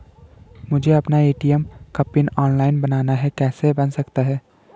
मुझे अपना ए.टी.एम का पिन ऑनलाइन बनाना है कैसे बन सकता है?